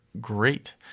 great